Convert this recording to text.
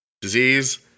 Disease